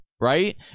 right